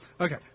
Okay